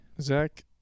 Zach